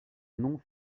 noms